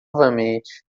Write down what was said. novamente